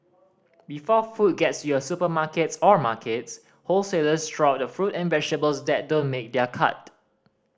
before food gets to your supermarkets or markets wholesalers throw out fruit and vegetables that don't make their cut